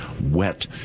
wet